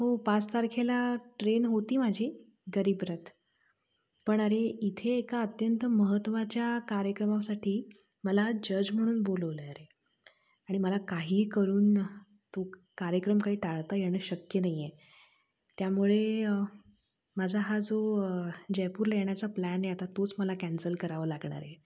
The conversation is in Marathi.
हो पाच तारखेला ट्रेन होती माझी गरीबरथ पण अरे इथे एका अत्यंत महत्वाच्या कार्यक्रमासाठी मला जज म्हणून बोलवलं अरे आणि मला काहीही करून तो कार्यक्रम काही टाळता येणं शक्य नाहीये त्यामुळे माझा हा जो जयपूरला येण्याचा प्लॅन आहे आता तोच मला कॅन्सल करावा लागणार आहे